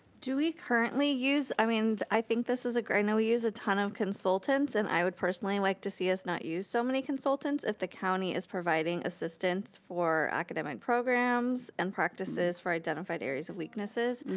do we currently use? i mean, i think this is a great know we use a ton of consultants and i would personally and like to see us not us so many consultants if the county is providing assistance for academic programs and practices for identified areas of weaknesses.